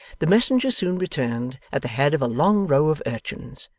the messenger soon returned at the head of a long row of urchins,